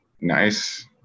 nice